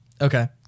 Okay